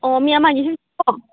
ꯑꯣ ꯃꯤ ꯑꯃ ꯑꯅꯤ